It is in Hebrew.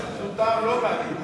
אם מותר לא בעדינות,